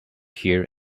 here